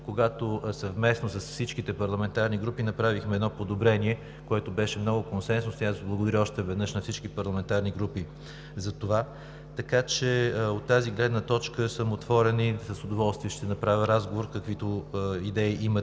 когато съвместно с всичките парламентарни групи направихме едно подобрение, което беше много консенсусно, и аз благодаря още веднъж на всички парламентарни групи за това. Така че от тази гледна точка съм отворен и с удоволствие ще направя разговор, каквито идеи имате